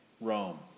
Rome